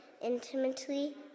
intimately